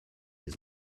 his